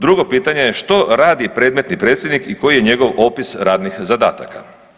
Drugo pitanje, što radi predmetni predsjednik i koji je njegov opis radnih zadataka.